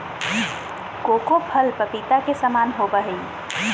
cocoa फल पपीता के समान होबय हइ